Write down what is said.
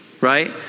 right